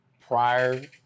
prior